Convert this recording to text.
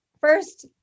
first